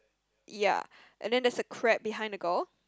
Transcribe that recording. ya and then there's a crab behind the girl